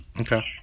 Okay